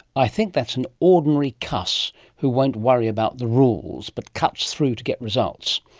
i think that's an ordinary cuss who won't worry about the rules but cuts through to get results.